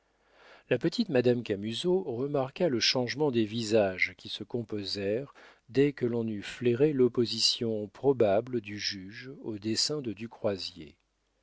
la petite madame camusot remarqua le changement des visages qui se composèrent dès que l'on eut flairé l'opposition probable du juge aux desseins de du croisier